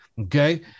Okay